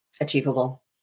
achievable